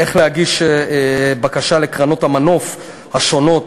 איך להגיש בקשה לקרנות המנוף השונות